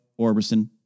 Orbison